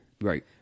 Right